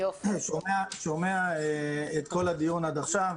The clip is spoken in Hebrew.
אני שומע את כל הדיון עד עכשיו.